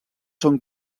són